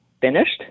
finished